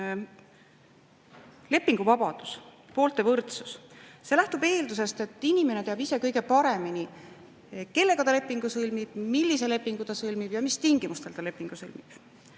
lepinguvabadus, poolte võrdsus. See lähtub eeldusest, et inimene teab ise kõige paremini, kellega ta lepingu sõlmib, millise lepingu ta sõlmib ja mis tingimustel ta lepingu sõlmib.